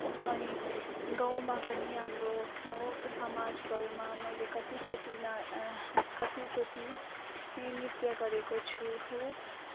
अनि गाउँमा पनि हाम्रो समाज घरमा मैले कतिचोटि ना कतिचोटि नृत्य गरेको छु